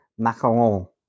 Macaron